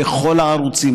בכל הערוצים,